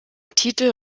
titel